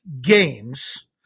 games